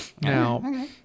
Now